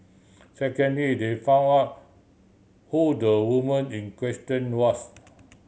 second day they found out who the woman in question was